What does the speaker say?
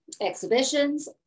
exhibitions